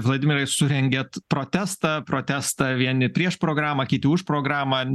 vladimirai surengėt protestą protestą vieni prieš programą kiti už programą